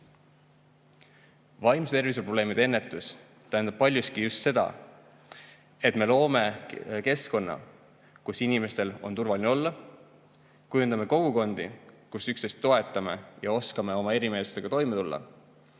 Vaimse tervise probleemide ennetus tähendab paljuski just seda, et me loome keskkonna, kus inimestel on turvaline olla, kujundame kogukondi, kus üksteist toetame ja oskame oma erimeelsustega toime tulla,